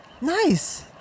Nice